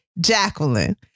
Jacqueline